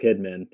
Kidman